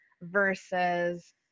Versus